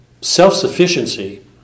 self-sufficiency